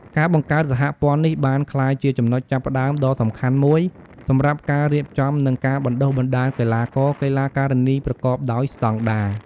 ការបង្កើតសហព័ន្ធនេះបានក្លាយជាចំណុចចាប់ផ្តើមដ៏សំខាន់មួយសម្រាប់ការរៀបចំ និងការបណ្តុះបណ្តាលកីឡាករ-កីឡាការិនីប្រកបដោយស្តង់ដារ។